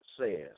says